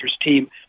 team